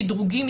שדרוגים,